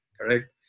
correct